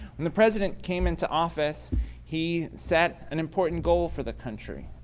when the president came into office he set an important goal for the country,